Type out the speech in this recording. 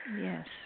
yes